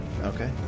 Okay